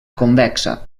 convexa